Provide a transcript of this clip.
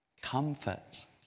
Comfort